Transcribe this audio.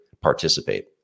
participate